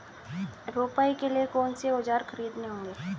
रोपाई के लिए कौन से औज़ार खरीदने होंगे?